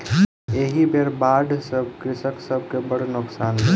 एहि बेर बाढ़ि सॅ कृषक सभ के बड़ नोकसान भेलै